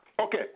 Okay